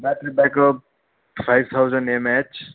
battery backup five thousand MAH